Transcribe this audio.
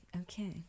okay